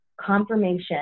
confirmation